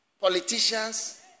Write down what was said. politicians